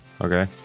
okay